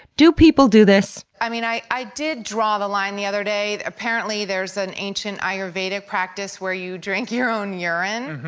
do people do this? i mean, i i did draw the line the other day. apparently there's an ancient ayurvedic practice where you drink your own urine,